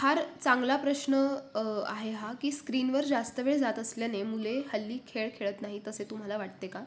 फार चांगला प्रश्न आहे हा की स्क्रीनवर जास्त वेळ जात असल्याने मुले हल्ली खेळ खेळत नाहीत असे तुम्हाला वाटते का